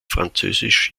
französisch